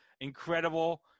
incredible